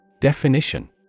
Definition